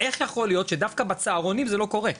איך יכול להיות שדווקא בצהרונים זה לא קורה,